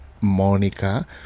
monica